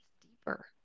deeper